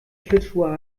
schlittschuhe